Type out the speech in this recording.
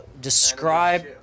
Describe